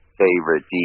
favorite